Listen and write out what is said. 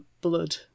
blood